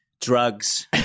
drugs